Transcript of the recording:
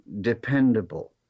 dependable